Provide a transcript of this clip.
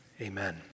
Amen